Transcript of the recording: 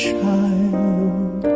Child